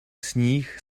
sníh